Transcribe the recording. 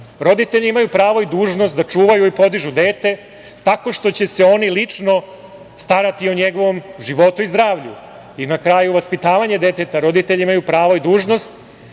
roditelji imaju pravo i dužnost da čuvaju i podižu dete tako što će se oni lično starati o njegovom životu i zdravlju. Na kraju, vaspitavanje deteta – roditelji imaju pravo i dužnost